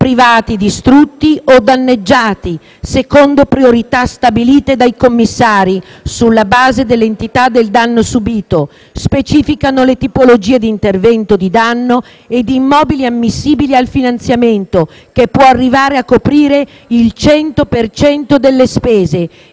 privati distrutti o danneggiati, secondo priorità stabilite dai commissari sulla base dell'entità del danno subito. Esse specificano le tipologie di intervento, di danno e di immobili ammissibili al finanziamento, che può arrivare a coprire il 100 per cento